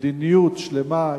מדיניות שלמה,